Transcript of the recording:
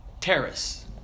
Terrace